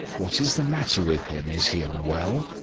what is the matter with him? is he unwell?